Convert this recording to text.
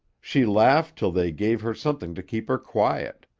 she laughed till they gave her something to keep her quiet.